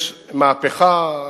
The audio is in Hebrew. יש מהפכה.